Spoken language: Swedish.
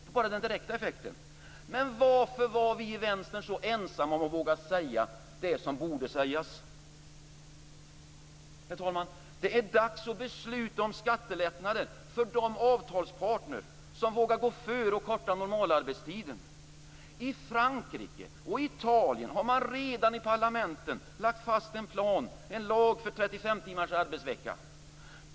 Det är den direkta effekten. Men varför var i Vänstern så ensamma om att våga säga det som borde sägas? Herr talman! Det är dags att besluta om skattelättnader för de avtalsparter som vågar gå före och korta normalarbetstiden. I Frankrike och Italien har man redan i parlamenten lagt fast en plan för 35 timmars arbetsvecka.